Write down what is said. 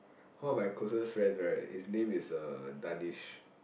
one of my closest friend right his name is uh Danish